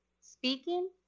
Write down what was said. speaking